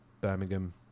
Birmingham